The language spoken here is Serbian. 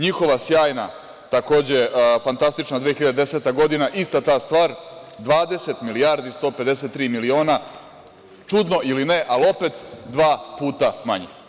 Njihova sjajna, takođe fantastična 2010. godina, ista ta stvar, 20.153.000.000, čudno ili ne, ali opet dva puta manje.